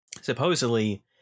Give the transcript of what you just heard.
supposedly